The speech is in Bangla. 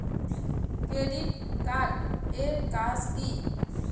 ক্রেডিট কার্ড এর কাজ কি?